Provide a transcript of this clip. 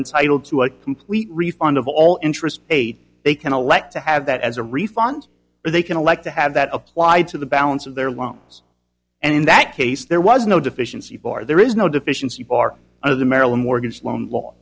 entitled to a complete refund of all interest aid they can elect to have that as a refund or they can elect to have that applied to the balance of their loans and in that case there was no deficiency far there is no deficiency part of the maryland mortgage loan law